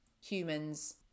humans